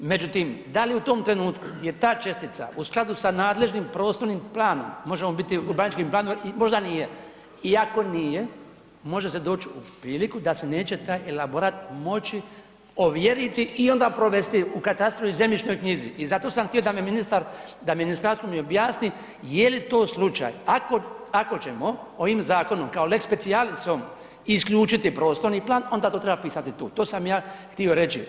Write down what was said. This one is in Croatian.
Međutim, da li u tom trenutku je ta čestica u skladu sa nadležnim prostornim planom, može biti urbanističkim planom, možda nije, i ako nije, može se doć u priliku da se neće taj elaborat moći ovjeriti i onda provesti u katastru i zemljišnoj knjizi i zato sam htio da mi ministarstvo objasni je li to slučaj ako ćemo ovim zakonom kao lex specialisom, isključiti prostorni plan, onda to treba pisati tu, to sam ja htio reći.